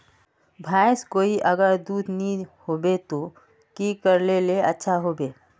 भैंस कोई अगर दूध नि होबे तो की करले ले अच्छा होवे?